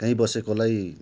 काहीँ बसेकोलाई